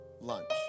Lunch